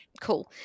cool